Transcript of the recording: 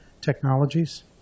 technologies